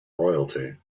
royalty